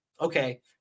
okay